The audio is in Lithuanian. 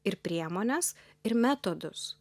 ir priemones ir metodus